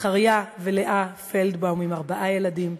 זכריה ולאה פלדבאום עם ארבעה ילדים,